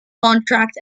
contract